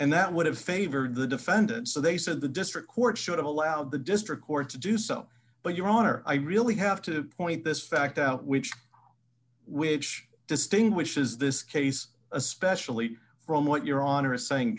and that would have favored the defendant so they said the district court should have allowed the district court to do so but your honor i really have to point this fact out which which distinguishes this case especially from what your honor is saying